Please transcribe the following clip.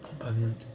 what ban mian place